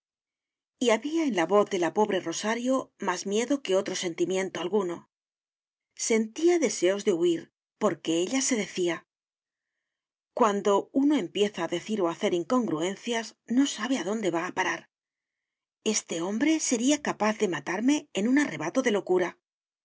y había en la voz de la pobre rosario más miedo que otro sentimiento alguno sentía deseos de huir porque ella se decía cuando uno empieza a decir o hacer incongruencias no sé adónde va a parar este hombre sería capaz de matarme en un arrebato de locura